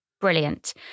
Brilliant